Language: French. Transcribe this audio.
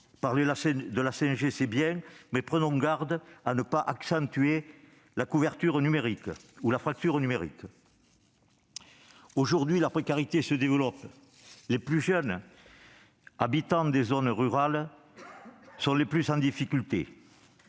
parler de la 5G, c'est bien, mais prenons garde de ne pas accentuer la fracture numérique. Aujourd'hui, la précarité se développe. Les plus jeunes habitants des zones rurales sont les plus en difficulté.